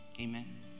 Amen